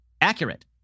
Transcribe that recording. Accurate